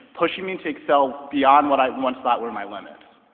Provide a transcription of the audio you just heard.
pushing me to excel beyond what i once thought were my limits.